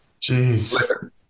Jeez